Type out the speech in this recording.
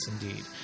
indeed